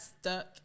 stuck